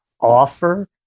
offer